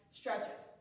stretches